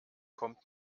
kommt